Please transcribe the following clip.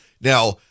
Now